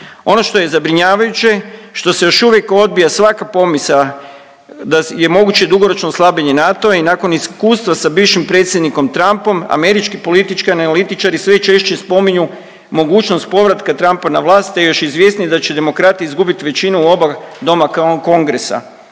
Ono što je zabrinjavajuće, što se još uvijek odbija svaka pomisao da je moguće dugoročno slabljenje NATO-a i nakon iskustva sa bivšim predsjednikom Trumpom, američki politički analitičari sve češće spominju mogućnost povratka Trumpa na vlast, a još je izvjesnije da će demokrati izgubit većinu u oba doma Kongresa.